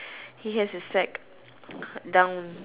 he has a sack down